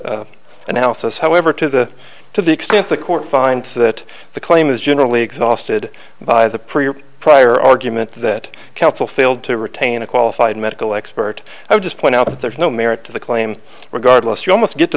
that analysis however to the to the extent the court finds that the claim is generally exhausted by the per your prior argument that counsel failed to retain a qualified medical expert i would just point out that there is no merit to the claim regardless you almost get to